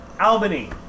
Albany